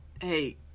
hey